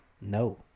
no